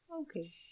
Okay